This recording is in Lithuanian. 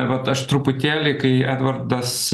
vat aš truputėlį kai edvardas